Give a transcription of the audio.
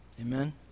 Amen